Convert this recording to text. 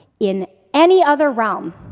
in any other realm,